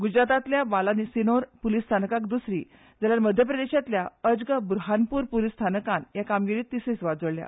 गुजरातातल्या बालासिनोर पुलीस स्थानकाक दुसरी जाल्यार मध्यप्रदेशातल्या अज्क बुरहानपुर पुलीस स्थानकान हे कामगिरीत तिसरी सुवात जोडल्या